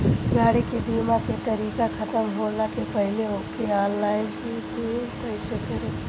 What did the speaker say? गाड़ी के बीमा के तारीक ख़तम होला के पहिले ओके ऑनलाइन रिन्यू कईसे करेम?